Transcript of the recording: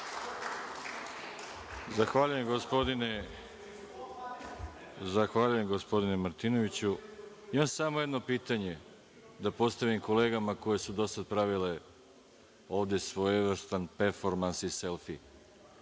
Zahvaljujem, gospodine Martinoviću. Imam samo jedno pitanje da postavim kolegama koje su do sada pravile ovde svojevrstan performans i selfi.